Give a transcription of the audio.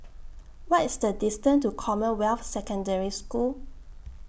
What IS The distance to Commonwealth Secondary School